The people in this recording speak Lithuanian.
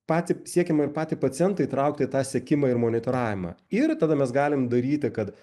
patį siekiama ir patį pacientą įtraukti į tą sekimą ir monitoravimą ir tada mes galim daryti kad